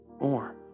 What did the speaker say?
more